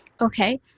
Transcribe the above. Okay